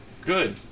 Good